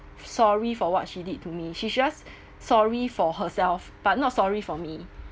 sorry for what she did to me she just sorry for herself but not sorry for me